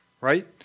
right